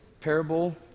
parable